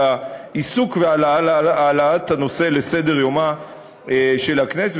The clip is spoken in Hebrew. על העיסוק ועל העלאת הנושא לסדר-יומה של הכנסת.